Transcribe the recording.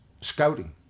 scouting